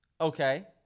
Okay